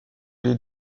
les